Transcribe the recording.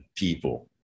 People